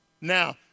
Now